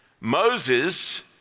Moses